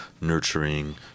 nurturing